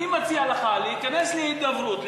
אני מציע לך להיכנס להידברות,